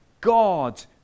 God